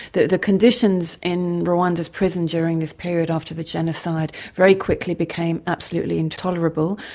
the the conditions in rwanda's prisons during this period after the genocide very quickly became absolutely intolerable.